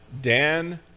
Dan